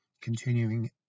continuing